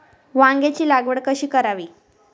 वांग्यांची लागवड कशी करावी?